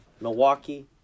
Milwaukee